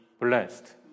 blessed